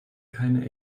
keine